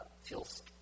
feels